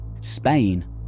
Spain